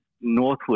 northward